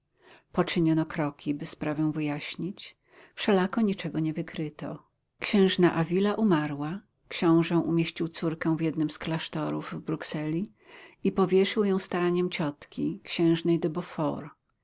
poczyniono kroki by sprawę wyjaśnić wszelako niczego nie wykryto księżna avila umarła książę umieścił córkę w jednym z klasztorów w brukseli i powierzył ją staraniom ciotki księżnej de